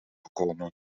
gekomen